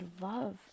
love